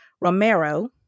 Romero